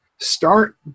start